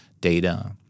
data